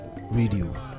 radio